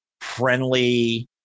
friendly